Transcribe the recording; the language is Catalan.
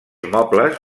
mobles